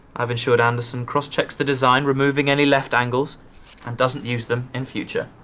i've ensured anderson crosschecks the design removing any left angles and doesn't use them in future.